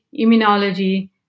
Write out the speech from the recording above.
immunology